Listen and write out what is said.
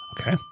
Okay